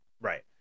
Right